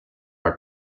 are